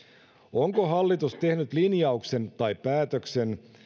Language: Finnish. onko hallitus tehnyt linjauksen tai päätöksen